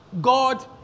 God